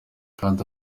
kandi